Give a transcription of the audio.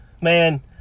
man